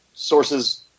Sources